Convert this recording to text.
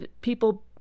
people